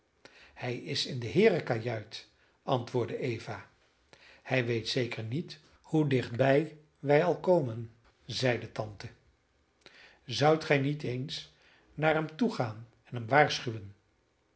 hij is in de heerenkajuit antwoordde eva hij weet zeker niet hoe dichtbij wij al komen zeide tante zoudt gij niet eens naar hem toe gaan en hem waarschuwen